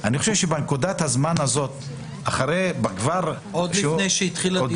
בנקודת הזמן הזאת -- עוד לפני שהתחיל הדיון